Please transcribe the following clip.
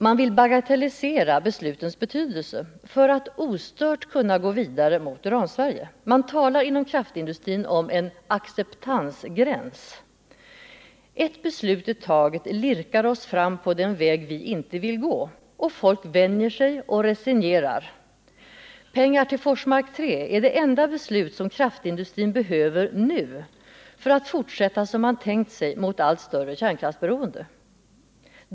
Man vill bagatellisera beslutens betydelse för att ostört kunna gå vidare mot Uransverige. Man talar inom kraftindustrin om en acceptansgräns. Ett beslut i taget lirkar oss fram på den väg vi inte vill gå — och folk vänjer sig och resignerar. Ett beslut om pengar till Forsmark 3 är det enda kraftindustrin nu behöver för att fortsätta som man tänkt sig mot allt större kärnkraftsberoende.